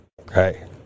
Okay